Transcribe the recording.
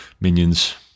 minions